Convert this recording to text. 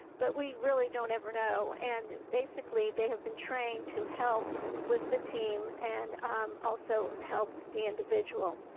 but we really don't ever know and basically they have been trained to help with the team and also help the individual.